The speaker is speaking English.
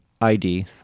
ID